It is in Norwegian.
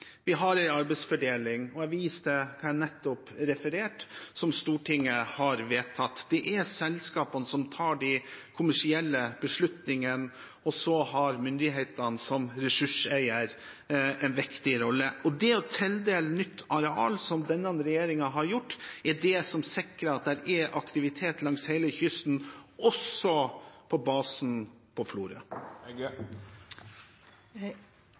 vi har en arbeidsfordeling, og jeg viser til hva jeg nettopp refererte til, og som Stortinget har vedtatt. Det er selskapene som tar de kommersielle beslutningene, og så har myndighetene som ressurseier en viktig rolle. Og det å tildele nytt areal, som denne regjeringen har gjort, sikrer at det er aktivitet langs hele kysten, også på basen